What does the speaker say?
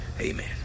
Amen